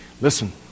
Listen